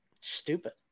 stupid